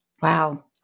Wow